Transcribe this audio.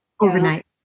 overnight